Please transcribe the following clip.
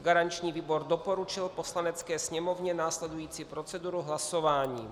Garanční výbor doporučil Poslanecké sněmovně následující proceduru hlasování.